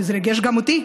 וזה ריגש גם אותי,